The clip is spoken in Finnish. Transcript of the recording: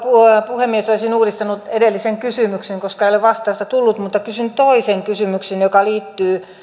puhemies olisin uudistanut edellisen kysymyksen koska ei ole vastausta tullut mutta kysyn toisen kysymyksen joka liittyy